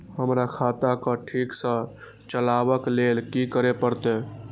हमरा खाता क ठीक स चलबाक लेल की करे परतै